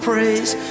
praise